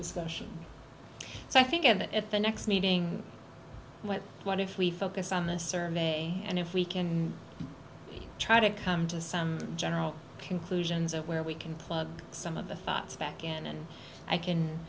discussion so i think of it at the next meeting but what if we focus on the survey and if we can try to come to some general conclusions of where we can plug some of the facts back in and i can